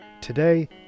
Today